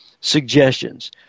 suggestions